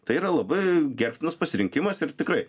tai yra labai gerbtinas pasirinkimas ir tikrai